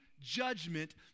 judgment